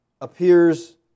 appears